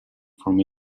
from